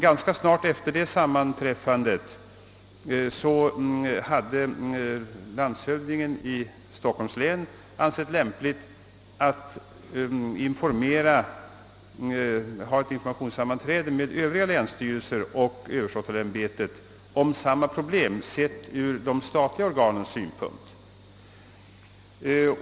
Ganska snart efter det sammanträdet ansåg landshövdingen i Stockholms län att det var lämpligt att hålla ett informationssammanträde med övriga länsstyrelser och överståthållarämbetet om samma problem sedda ur de statliga organens synvinkel.